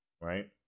right